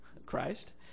Christ